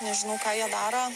nežinau ką jie daro